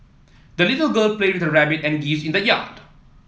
the little girl played with her rabbit and geese in the yard